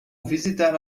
visitar